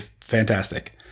fantastic